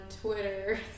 Twitter